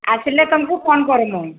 ଆସିଲେ ତୁମକୁ ଫୋନ୍ କରମୁ